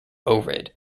ohrid